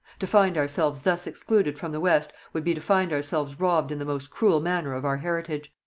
to find ourselves thus excluded from the west would be to find ourselves robbed in the most cruel manner of our heritage.